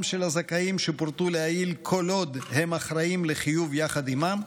של הזכאים שפורטו לעיל כל עוד הם אחראים לחיוב יחד עימם,